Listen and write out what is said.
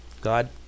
God